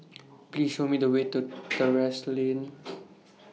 Please Show Me The Way to Terrasse Lane